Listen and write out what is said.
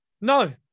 no